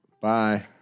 Bye